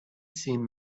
seen